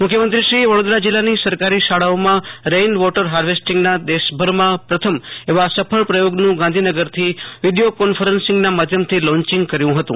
મુખ્યમંત્રીશ્રીએ વડોદરા જીલ્લાની સરકારી શાળાઓમાં રેઇન વોટર હાર્વેસ્ટીંગના દેશભરમાં પ્રથમ એવા સફળ પ્રયોગનું ગાંધીનગરથી વિડીયો કોન્ફરન્સીંગ ના માધ્યમથી લોન્ચિંગ કર્યું હતું